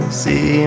see